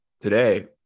today